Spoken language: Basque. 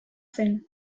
zen